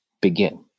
begin